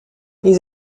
ils